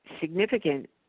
significant